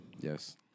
Yes